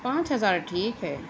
پانچ ہزار ٹھیک ہے